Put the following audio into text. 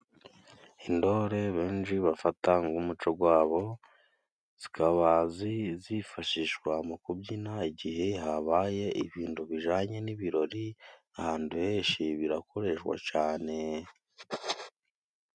Indore benji bafata ng'umuco gwabo, zikaba zi zifashishwa mu kubyina igihe habaye ibindu bijanye n'ibirori. Ahandu henshi birakoreshwa cane.